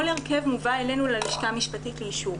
הרכב מובא אלינו ללשכה המשפטית לאישור,